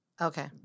Okay